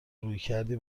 رویکردی